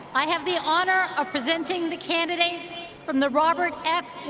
i have the honor of presenting the candidates from the robert f.